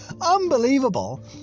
Unbelievable